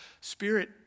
Spirit